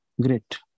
Great